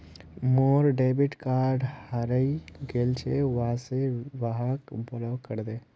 मोर debit card हरइ गेल छ वा से ति वहाक ब्लॉक करे दे